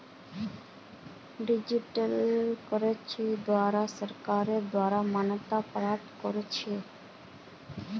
digital currency देशेर सरकारेर द्वारे मान्यता प्राप्त करेंसी ह छेक